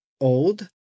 old